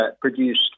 produced